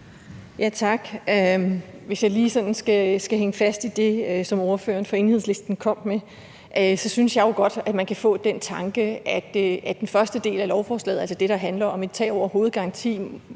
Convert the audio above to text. Tak. Hvis jeg lige skal blive lidt ved det, som ordføreren for Enhedslisten sagde, så synes jeg jo godt, at man kan få den tanke, at den første del af lovforslaget – altså det, der handler om en tag over hovedet-garanti